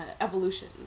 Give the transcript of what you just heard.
evolution